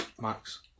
Max